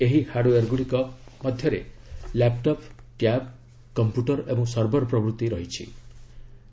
ଏହି ହାର୍ଡଓୟାର୍ ଗୁଡ଼ିକ ମଧ୍ୟରେ ଲ୍ୟାପ୍ଟପ୍ ଟ୍ୟାବ୍ କମ୍ପ୍ୟୁଟର ଓ ସର୍ଭର ପ୍ରଭୂତି ଅନ୍ତର୍ଭୁକ୍ତ